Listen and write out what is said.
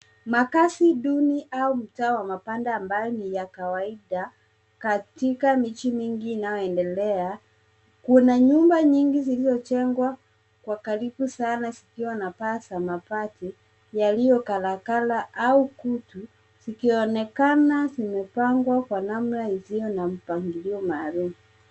Makazi duni au mtaa wa mabanda ya kawaida katika miji mingi inayoendelea. Kuna nyumba nyingi zilizojengwa kwa karibu sana zikiwa na paa za mabati yakiyokarakana au kutu zikionekana zimepangwa kwa namna isiyo na mpangilio maalum.